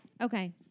Okay